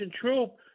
troop